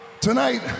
Tonight